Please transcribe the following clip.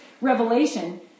revelation